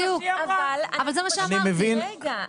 רגע,